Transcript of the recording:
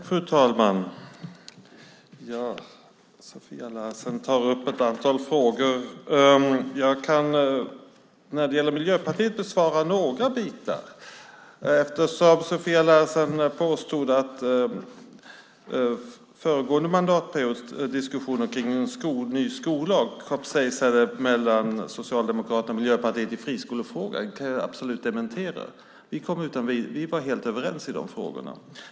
Fru talman! Sofia Larsen tar upp ett antal frågor. Jag kan besvara några för Miljöpartiets del. Sofia Larsen påstod att diskussionen mellan Socialdemokraterna och Miljöpartiet kring en ny skollag under den föregående mandatperioden kapsejsade i friskolefrågan. Jag kan dementera det. Vi var helt överens i de frågorna.